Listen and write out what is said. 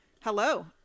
Hello